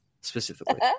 specifically